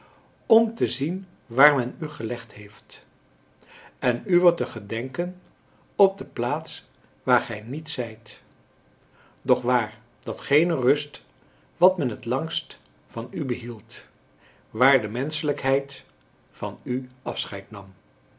om te zien waar men u gelegd heeft en uwer te gedenken op de plaats waar gij niet zijt doch waar datgene rust wat men het langst van u behield waar de menschelijkheid van u afscheid nam